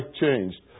changed